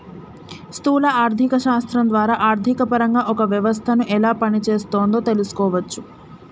స్థూల ఆర్థిక శాస్త్రం ద్వారా ఆర్థికపరంగా ఒక వ్యవస్థను ఎలా పనిచేస్తోందో తెలుసుకోవచ్చు